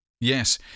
Yes